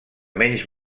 menys